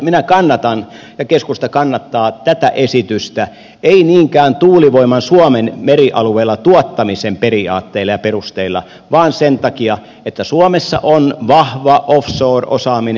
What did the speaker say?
minä kannatan ja keskusta kannattaa tätä esitystä ei niinkään tuulivoiman suomen merialueilla tuottamisen periaatteilla ja perusteilla vaan sen takia että suomessa on vahva offshore osaaminen